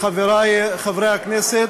חברי חברי הכנסת,